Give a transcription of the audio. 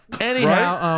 Anyhow